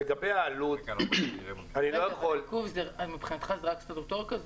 לגבי העלות -- מבחינתך זה רק סטטוטוריקה?